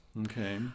Okay